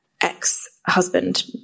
ex-husband